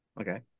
Okay